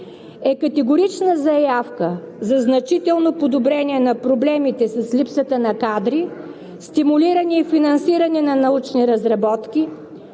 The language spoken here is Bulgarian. е категорична заявка за значително подобрение на проблемите с липсата на кадри, стимулиране и финансиране на научни разработки,